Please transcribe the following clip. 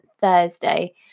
Thursday